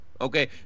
Okay